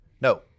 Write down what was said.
No